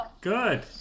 Good